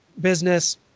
business